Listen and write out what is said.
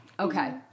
Okay